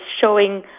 showing